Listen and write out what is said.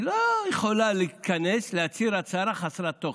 היא לא יכולה להתכנס, להצהיר הצהרה חסרת תוכן.